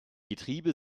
getriebe